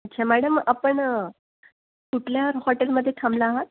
अच्छा मॅडम आपण कुठल्या हॉटेलमध्ये थांबला आहात